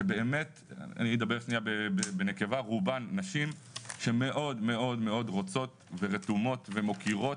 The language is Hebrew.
שבאמת רובן נשים שמאוד רוצות ורתומות ומוקירות.